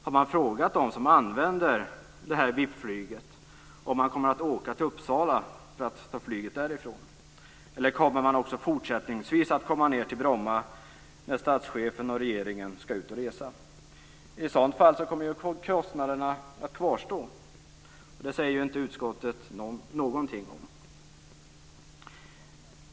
Har man frågat dem som använder VIP-flyget om de kommer att åka till Uppsala för att ta flyget därifrån? Eller kommer statschefens och regeringens resor fortfarande att utgå från Bromma? I sådana fall kommer kostnaderna att kvarstå, men det säger utskottet inte någonting om.